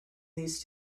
these